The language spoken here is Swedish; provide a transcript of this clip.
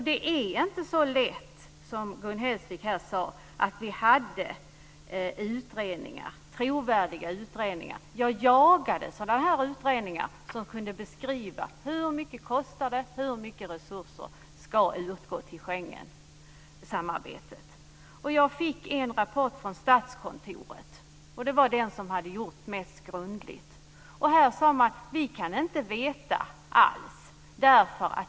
Det är inte så lätt som Gun Hellsvik här sade, att vi hade trovärdiga utredningar. Jag jagade utredningar som kunde beskriva hur mycket det kostar, hur mycket resurser som ska utgå till Schengensamarbetet. Jag fick en rapport från Statskontoret. Det var den som hade gjorts mest grundligt. Där sade man: Vi kan inte veta alls.